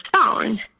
phone